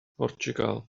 mhortiwgal